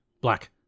black